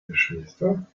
geschwister